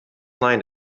line